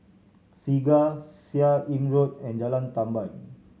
Segar Seah Im Road and Jalan Tamban